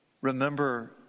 Remember